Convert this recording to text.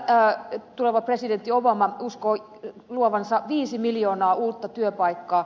tällä tuleva presidentti obama uskoo luovansa viisi miljoonaa uutta työpaikkaa